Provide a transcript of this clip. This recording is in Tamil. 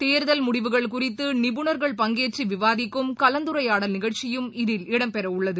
தேர்தல் முடிவுகள் குறித்து நிபுணர்கள் பங்கேற்று விவாதிக்கும் கலந்துரைடால் நிகழ்ச்சியும் இதில் இடம் பெறவுள்ளது